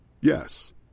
Yes